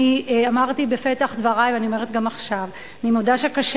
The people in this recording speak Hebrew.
אמרתי בפתח דברי ואני אומרת גם עכשיו: אני מודה שקשה